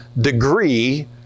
degree